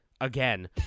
again